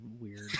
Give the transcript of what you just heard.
weird